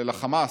לחמאס.